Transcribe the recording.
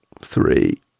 three